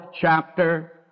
chapter